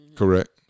Correct